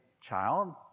child